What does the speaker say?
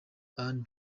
anne